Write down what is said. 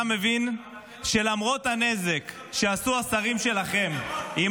אתה מבין שלמרות הנזק שעשו השרים שלכם עם